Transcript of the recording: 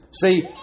See